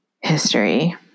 history